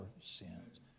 sins